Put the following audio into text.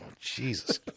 Jesus